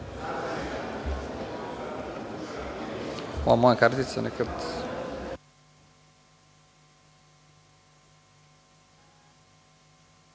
Hvala vam.